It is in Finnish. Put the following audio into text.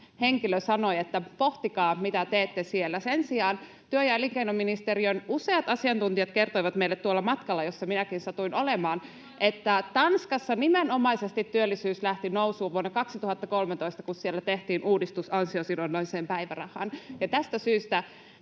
henkilö sanoi, että pohtikaa, mitä teette siellä. Sen sijaan työ- ja elinkeinoministeriön useat asiantuntijat kertoivat meille tuolla matkalla, jossa minäkin satuin olemaan, [Piritta Rantanen: Se on maailman kallein malli!] että Tanskassa työllisyys lähti nousuun nimenomaisesti vuonna 2013, kun siellä tehtiin uudistus ansiosidonnaiseen päivärahaan. Tästä syystä